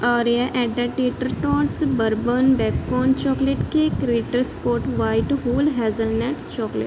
ਆਰਿਆ ਐਡਾਟੇਟਰ ਟੋਲਸ bourbon bacon chocolate cake Ritter sport white whole hazelnuts chocolate